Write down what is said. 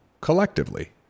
collectively